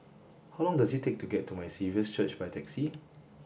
how long does it take to get to My Saviour's Church by taxi